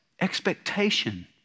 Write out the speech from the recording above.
expectation